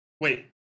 Wait